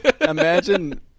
Imagine